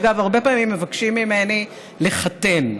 אגב, הרבה פעמים מבקשים ממני לחתן,